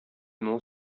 mon